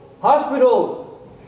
Hospitals